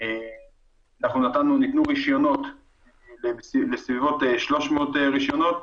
אנחנו נתנו רישיונות בסביבות 300 רישיונות,